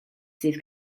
sydd